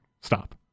Stop